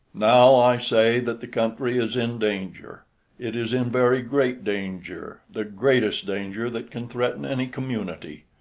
now i say that the country is in danger it is in very great danger, the greatest danger that can threaten any community.